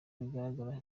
bigaragara